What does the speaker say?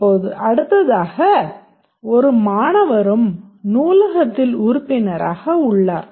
இப்போது அடுத்ததாக ஒவ்வொரு மாணவரும் நூலகத்தில் உறுப்பினராக உள்ளார்